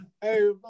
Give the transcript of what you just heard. hey